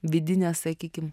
vidinės sakykim